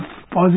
positive